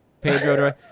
Pedro